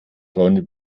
freunde